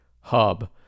hub